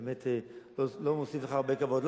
זה לא מוסיף לך הרבה כבוד.